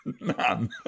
None